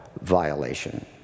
violation